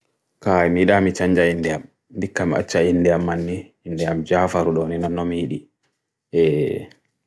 kaya nida ame chanjaya ndiyam ndikam achaya ndiyam manne ndiyam jafa roodo ndi nan nomi hidi